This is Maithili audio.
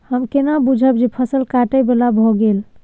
हम केना बुझब जे फसल काटय बला भ गेल?